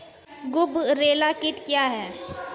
गुबरैला कीट क्या हैं?